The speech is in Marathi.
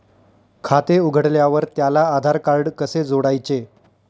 खाते उघडल्यावर त्याला आधारकार्ड कसे जोडायचे?